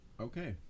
Okay